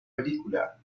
película